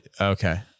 Okay